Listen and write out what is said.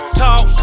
talk